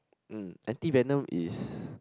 mm anti venom is